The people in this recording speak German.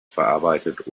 verarbeitet